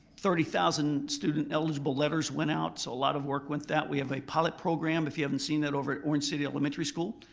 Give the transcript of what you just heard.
thirty thousand student eligible letters went went out so a lot of work with that. we have a pilot program, if you haven't seen it over at orange city elementary school,